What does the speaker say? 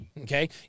Okay